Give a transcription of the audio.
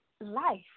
life